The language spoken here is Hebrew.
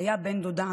הדוברת